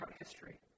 history